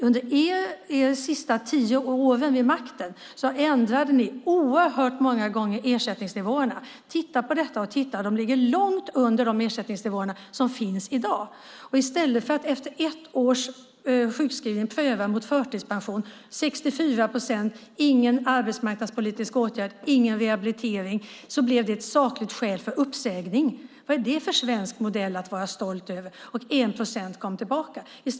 Under era sista tio år vid makten ändrade ni ersättningsnivåerna oerhört många gånger. Titta på detta! De låg långt under de ersättningsnivåer som finns i dag. Efter ett års sjukskrivning prövades man mot förtidspension med 64 procents ersättning, och det blev ett sakligt skäl för uppsägning. Ingen arbetsmarknadspolitisk åtgärd, ingen rehabilitering. Vad är det för svensk modell att vara stolt över? Endast 1 procent kom tillbaka.